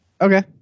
Okay